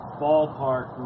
ballpark